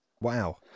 wow